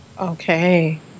Okay